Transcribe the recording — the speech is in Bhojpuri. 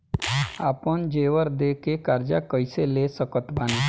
आपन जेवर दे के कर्जा कइसे ले सकत बानी?